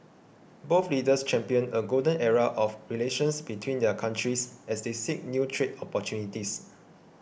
both leaders championed a golden era of relations between their countries as they seek new trade opportunities